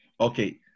Okay